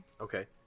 Okay